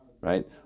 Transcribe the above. right